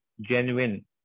genuine